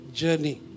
journey